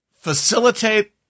facilitate